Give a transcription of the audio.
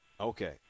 Okay